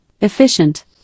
efficient